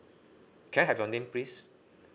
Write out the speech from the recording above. can I have your name please